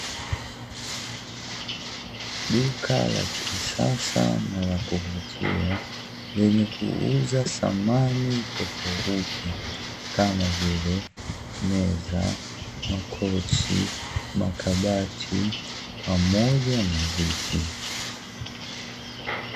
Duka la kisasa na lakuvutia lenye kuuza samani tofauti kama vile meza, makochi, makabati pamoja na viti.